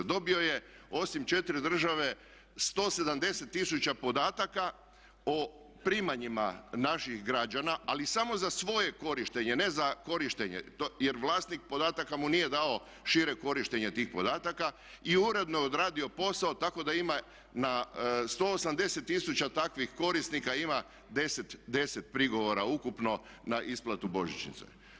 Dobio je osim 4 države 170 tisuća podataka o primanjima naših građana ali samo za svoje korištenje, ne za korištenje jer vlasnik podataka mu nije dao šire korištenje tih podataka i uredno je odradio posao tako da ima na 180 tisuća takvih korisnika ima 10 prigovora ukupno na isplatu božićnice.